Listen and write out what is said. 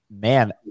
man